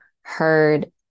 heard